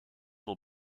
will